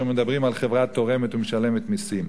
מדברים על חברה תורמת ומשלמת מסים.